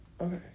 Okay